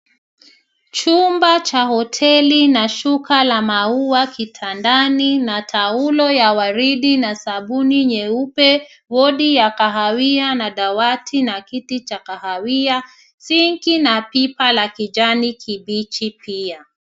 Chumba cha hoteli na shuka la maua kitandani na taulo ya waridi na sabuni nyeupe podi ya kahawia na dawati na kiti cha kahawia sinki na pipa la kijani kibichi pia.